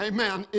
Amen